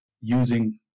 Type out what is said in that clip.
using